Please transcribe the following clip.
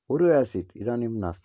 पूर्वे आसीत् इदानीं नास्ति